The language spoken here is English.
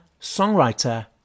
songwriter